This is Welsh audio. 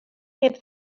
heb